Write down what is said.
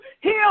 Heal